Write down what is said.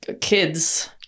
kids